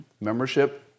membership